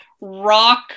rock